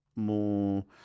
More